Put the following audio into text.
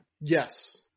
Yes